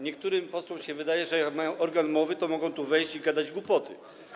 Niektórym posłom się wydaje, że jak mają organ mowy, to mogą tu wejść i gadać głupoty.